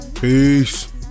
Peace